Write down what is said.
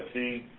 the